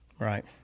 Right